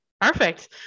Perfect